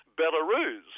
Belarus